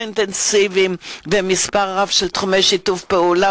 אינטנסיביים במספר רב של תחומי שיתוף פעולה,